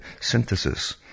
synthesis